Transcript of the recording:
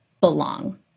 belong